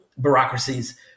bureaucracies